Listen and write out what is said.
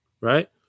right